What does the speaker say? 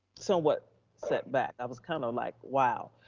somewhat setback. i was kinda like, wow.